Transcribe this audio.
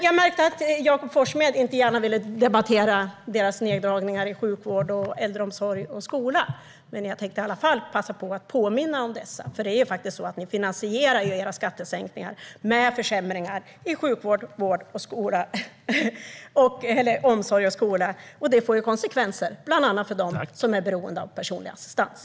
Jag märkte att Jakob Forssmed inte gärna ville debattera neddragningarna i sjukvård, äldreomsorg och skola. Men jag tänkte i alla fall passa på att påminna om dessa. För det är faktiskt så att ni finansierar era skattesänkningar med försämringar i sjukvård, omsorg och skola. Det får konsekvenser bland annat för dem som är beroende av personlig assistans.